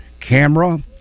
camera